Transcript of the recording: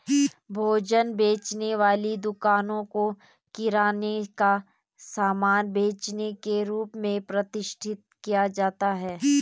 भोजन बेचने वाली दुकानों को किराने का सामान बेचने के रूप में प्रतिष्ठित किया जाता है